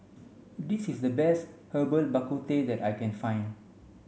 this is the best Herbal Bak Ku Teh that I can find